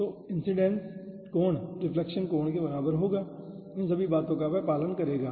तो इन्सिडेन्स कोण रिफ्लेक्शन कोण के बराबर होगा इन सभी बातों का वह पालन करेगा